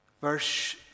verse